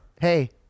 hey